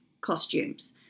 costumes